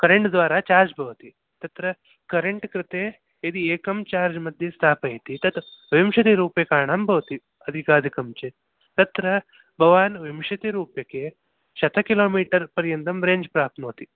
current द्वारा charge भवति तत्र करेण्ट् कृते यदि एकं चार्ज् मध्ये स्थापयति तत् विंशति रूप्यकाणां भवति अधिकाधिकं चेत् तत्र भवान् विंशति रूप्यके शत किलोमीटर् पर्यन्तं रेंज् प्राप्नोति